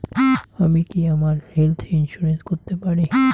আমি কি আমার হেলথ ইন্সুরেন্স করতে পারি?